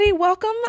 Welcome